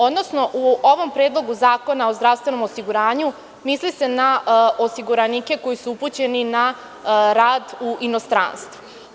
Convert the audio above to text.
Odnosno, u ovom Predlogu zakona o zdravstvenom osiguranju misli se na osiguranike koji su upućeni na rad u inostranstvo.